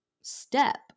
step